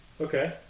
Okay